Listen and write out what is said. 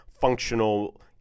functional